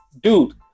dude